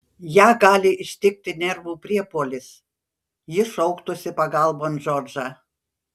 ją gali ištikti nervų priepuolis ji šauktųsi pagalbon džordžą